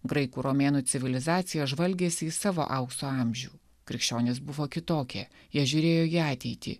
graikų romėnų civilizacija žvalgėsi į savo aukso amžių krikščionys buvo kitokie jie žiūrėjo į ateitį